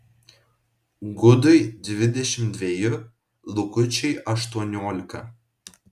gudui dvidešimt dveji lukučiui aštuoniolika